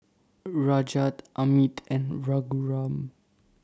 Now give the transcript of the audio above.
Rajat Amit and Raghuram